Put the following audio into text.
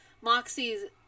Moxie's